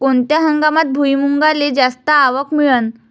कोनत्या हंगामात भुईमुंगाले जास्त आवक मिळन?